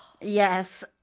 Yes